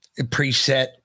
Preset